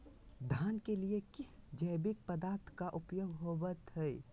धान के लिए किस जैविक पदार्थ का उपयोग होवत है?